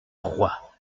roi